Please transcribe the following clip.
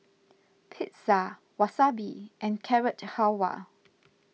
Pizza Wasabi and Carrot Halwa